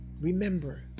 Remember